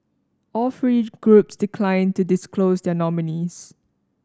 all three groups declined to disclose their nominees